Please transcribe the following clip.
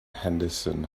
henderson